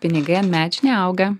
taigi pinigai medžių neauga